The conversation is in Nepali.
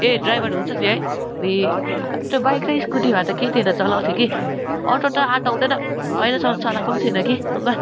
ए ड्राइभर हुन्छ नि है अबुइ त्यो बाइक र स्कुटी भए त केही थिएन चलाउँथे कि अटो त आँट आउँदैन अहिलेसम्म चलाएको पनि छुइनँ कि अङ्कल